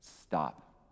Stop